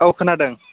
औ खोनादों